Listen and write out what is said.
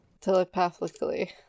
Telepathically